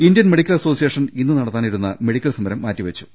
Indian medical association ഇന്ന് നടത്താനിരുന്ന medical സമരം മാറ്റിവെച്ചു